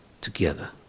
together